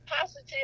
positive